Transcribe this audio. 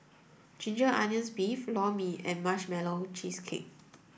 ginger onions beef Lor Mee and marshmallow cheesecake